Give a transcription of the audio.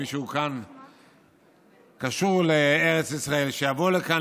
מי שקשור לארץ ישראל שיבוא לכאן,